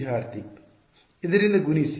ವಿದ್ಯಾರ್ಥಿ ಇದರಿಂದ ಗುಣಿಸಿ